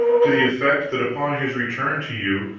to the effect that upon his return to you,